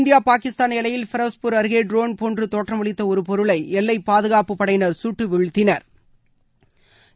இந்திய பாகிஸ்தான் எல்லையில் ஃபெரோஸ்பூர் அருகே ட்ரோன் போன்று தோற்றமளித்த ஒரு பொருளை எல்லைப் பாதுகாப்பு படையினா் சுட்டு வீழ்த்தினா்